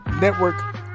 Network